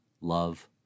love